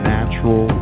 Natural